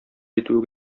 әйтүе